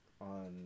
on